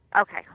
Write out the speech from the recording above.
okay